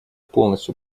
полностью